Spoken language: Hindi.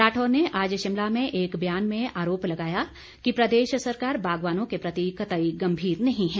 राठौर ने आज शिमला में एक बयान में आरोप लगाया कि प्रदेश सरकार बागवानों के प्रति कतई गंभीर नहीं है